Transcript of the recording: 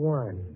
one